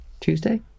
Tuesday